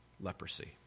leprosy